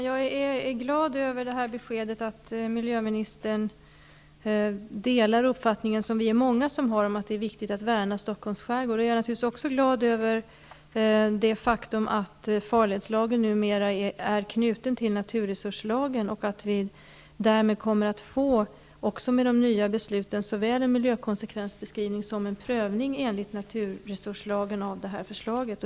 Fru talman! Jag är glad över beskedet att miljöministern delar uppfattningen att det är viktigt att värna Stockholms skärgård. Vi är många som har den uppfattningen. Jag är också glad över det faktum att farledslagen numera är knuten till naturresurslagen och att vi därmed kommer att få såväl en miljökonsekvensbeskrivning som en prövning enligt naturresurslagen av förslaget.